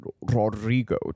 Rodrigo